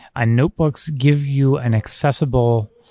ah notebooks give you an accessible